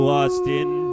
Austin